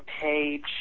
page